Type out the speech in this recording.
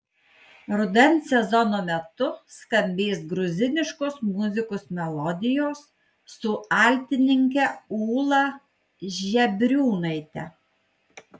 rudens sezono metu skambės gruziniškos muzikos melodijos su altininke ūla žebriūnaite